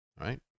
right